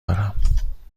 دارم